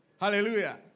Hallelujah